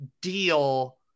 deal